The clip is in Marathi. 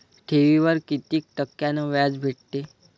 ठेवीवर कितीक टक्क्यान व्याज भेटते?